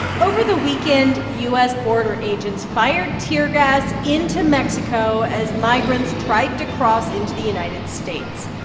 over the weekend, u s. border agents fired tear gas into mexico as migrants tried to cross into the united states.